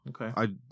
Okay